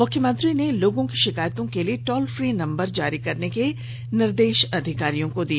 मुख्यमंत्री ने लोगों की शिकायतों के लिए टॉल फ्री नंबर जारी करने के भी निर्देश अधिकारियों को ँदिए